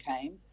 came